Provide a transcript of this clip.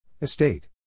Estate